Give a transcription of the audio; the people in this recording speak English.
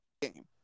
game